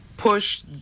push